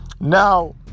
Now